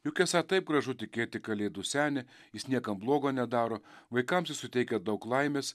juk esą taip gražu tikėti į kalėdų senį jis niekam blogo nedaro vaikams jis suteikia daug laimės